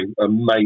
amazing